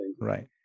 Right